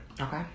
Okay